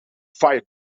fired